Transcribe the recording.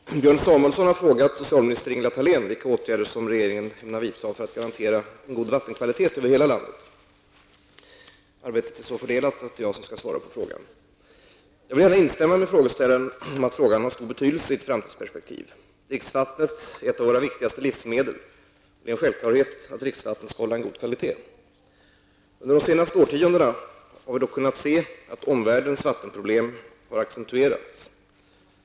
Herr talman! Björn Samuelson har frågat socialminister Ingela Thalén vilka åtgärder regeringen ämnar vidta för att garantera en god vattenkvalitet över hela landet. Arbetet inom regeringen är så fördelat att det är jag som skall svara på frågan. Jag vill gärna instämma med frågeställaren om att frågan har stor betydelse i ett framtidsperspektiv. Dricksvattnet är ett av våra viktigaste livsmedel. Det är en självklarhet att dricksvattnet skall hålla en god kvalitet. Under de senaste årtiondena har vi dock kunnat se att omvärldens vattenproblem har accentuerats.